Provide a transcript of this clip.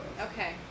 Okay